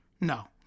No